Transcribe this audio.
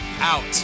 out